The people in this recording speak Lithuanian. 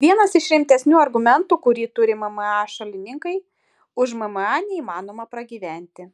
vienas iš rimtesnių argumentų kurį turi mma šalininkai už mma neįmanoma pragyventi